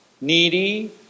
needy